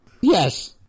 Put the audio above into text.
yes